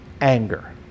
anger